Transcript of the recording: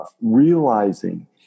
realizing